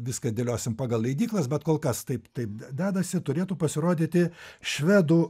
viską dėliosim pagal leidyklas bet kol kas taip taip dedasi turėtų pasirodyti švedų